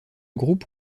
groupe